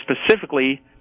specifically